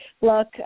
look